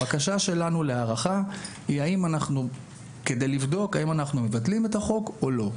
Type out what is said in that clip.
הבקשה שלנו להארכה היא כדי לבדוק האם אנחנו מבטלים את החוק או לא.